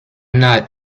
not